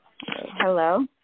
Hello